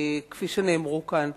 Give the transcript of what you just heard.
כפי שנאמרו כאן.